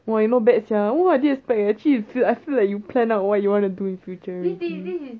!wah! you not bad sia oo I didn't expect leh actually you feel I feel like you plan out what you want to do in future already